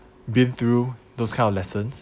been through those kind of lessons